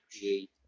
create